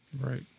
Right